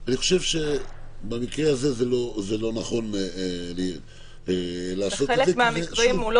אני חושב שבמקרה הזה זה לא נכון לעשות את זה --- בחלק מהמקרים הוא לא